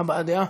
הבעת דעה.